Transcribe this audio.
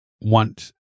want